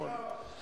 בדיחה.